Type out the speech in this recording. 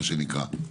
מה שנקרא.